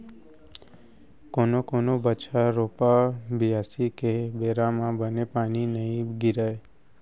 कोनो कोनो बछर रोपा, बियारी के बेरा म बने पानी नइ गिरय